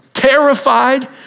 terrified